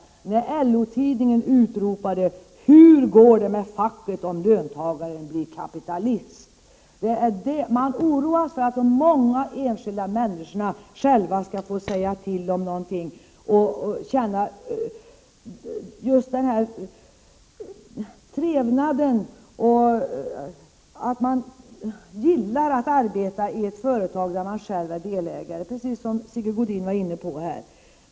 Då utropade LO-tidningen: Hur går det med facket om löntagaren blir kapitalist? Man oroade sig för att många enskilda människor själva skulle få säga till om någonting och känna trevnad och gilla att arbeta i ett företag där man själv är delägare, något som Sigge Godin också var inne på här.